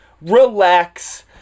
relax